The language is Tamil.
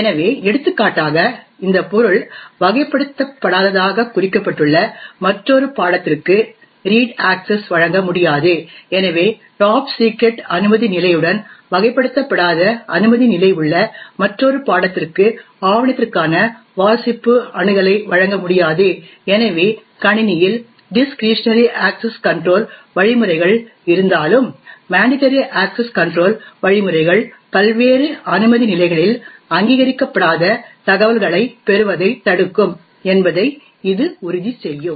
எனவே எடுத்துக்காட்டாக இந்த பொருள் வகைப்படுத்தப்படாததாகக் குறிக்கப்பட்டுள்ள மற்றொரு பாடத்திற்கு ரீட் அக்சஸ் வழங்க முடியாது எனவே டாப் சிக்ரெட் அனுமதி நிலை உடன் வகைப்படுத்தப்படாத அனுமதி நிலை உள்ள மற்றொரு பாடத்திற்கு ஆவணத்திற்கான வாசிப்பு அணுகலை வழங்க முடியாது எனவே கணினியில் டிஸ்க்ரிஷனரி அக்சஸ் கன்ட்ரோல் வழிமுறைகள் இருந்தாலும் மேன்டடரி அக்சஸ் கன்ட்ரோல் வழிமுறைகள் பல்வேறு அனுமதி நிலைகளில் அங்கீகரிக்கப்படாத தகவல்களைப் பெறுவதைத் தடுக்கும் என்பதை இது உறுதி செய்யும்